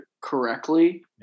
correctly